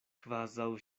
kvazaŭ